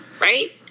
Right